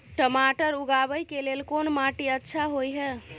टमाटर उगाबै के लेल कोन माटी अच्छा होय है?